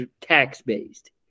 tax-based